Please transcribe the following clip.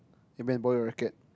you meant borrow your racket